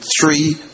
three